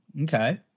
Okay